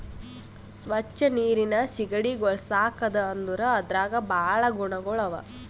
ಸ್ವಚ್ ನೀರಿನ್ ಸೀಗಡಿಗೊಳ್ ಸಾಕದ್ ಅಂದುರ್ ಅದ್ರಾಗ್ ಭಾಳ ಗುಣಗೊಳ್ ಅವಾ